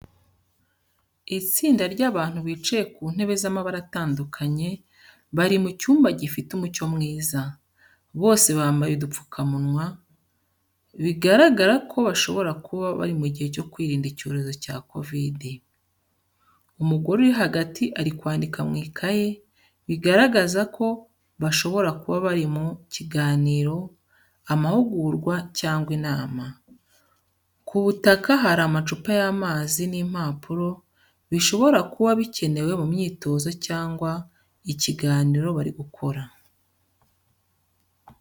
Itsinda ry’abantu bicaye ku ntebe z’amabara atandukanye, bari mu cyumba gifite umucyo mwiza. Bose bambaye udupfukamunwa, bigaragaza ko bashobora kuba bari mu gihe cyo kwirinda icyorezo cya Covid. Umugore uri hagati ari kwandika mu ikayi, bigaragaza ko bashobora kuba bari mu biganiro, amahugurwa cyangwa inama. Ku butaka hari amacupa y’amazi n’impapuro, bishobora kuba bikenewe mu mwitozo cyangwa ikiganiro bari gukora.